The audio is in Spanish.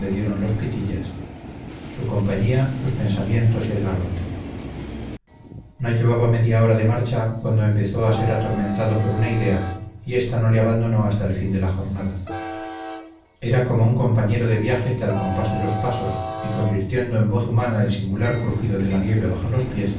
dieron los pitillas su compañía sus pensamientos y el garrote no llevaba media hora de marcha cuando empezó a ser atormentado por una idea y ésta no le abandonó hasta el fin de la jornada era como un compañero de viaje que al compás de los pasos y convirtiendo en voz humana el singular crujido de la nieve bajo los pies